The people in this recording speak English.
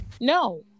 no